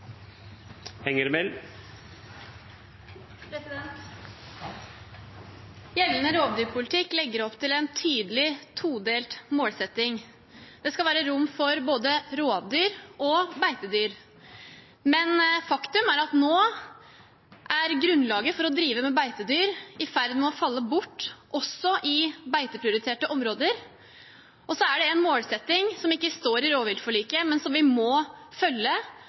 Gjeldende rovdyrpolitikk legger opp til en tydelig todelt målsetting: Det skal være rom for både rovdyr og beitedyr. Men faktum er at nå er grunnlaget for å drive med beitedyr i ferd med å falle bort, også i beiteprioriterte områder. Og så er det en målsetting som ikke står i rovviltforliket, men som vi må følge,